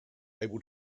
able